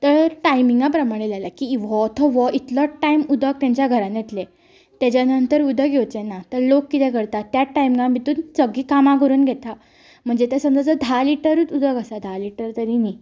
तर टायमिंगां प्रमाणें लायलां की हो तो हो इतलोत टायम उदक तेंच्या घरांनी येतलें तेज्या नंतर उदक येवचें ना तर लोक कितें करतात त्यात टायमा भितून सगलीं कामां करून घेतात म्हणजे ते जर धा लीटरूच उदक आसा धा लीटर तरी न्ही